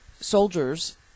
soldiers